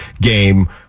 game